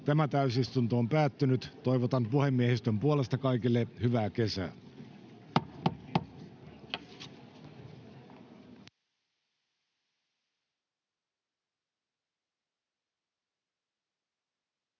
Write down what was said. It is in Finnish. Tämä täysistunto on päättynyt, ja toivotan puhemiehistön puolesta kaikille hyvää kesää!